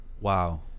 Wow